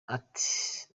ati